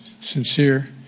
sincere